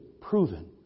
proven